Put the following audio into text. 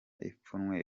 ipfunwe